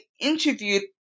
interviewed